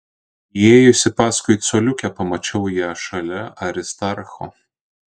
įėjusi paskui coliukę pamačiau ją šalia aristarcho